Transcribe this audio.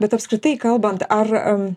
bet apskritai kalbant ar